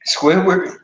Squidward